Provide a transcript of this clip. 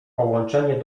połączenie